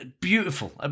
beautiful